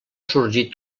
sorgir